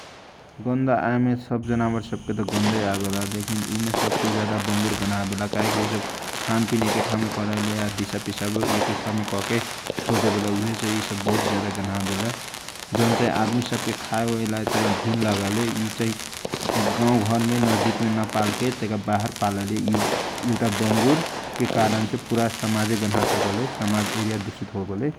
गन्ध आएमे सब जनावर सबके गन्ध आवेला लेखिन उसव मे सबसे जयदा बंगुर गनावेला काहेकी उसब ऐके ठाउँमा करेले आ दीश पिसाव कर के उहे ठाउँ मे सोड देवेला उहे से ई सब बहुत गनावले जौन चाही आदमी सबके खाए ओएल घीन लागेल उहे से एकर गाउँघरमे न पाल के तईका बाहर पालेले एउट बगुर के कारणछे पुरा सामा जे दुसित होवेला ।